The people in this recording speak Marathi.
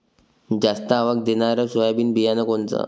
जास्त आवक देणनरं सोयाबीन बियानं कोनचं?